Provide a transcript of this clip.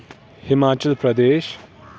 Himachal Pradesh